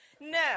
No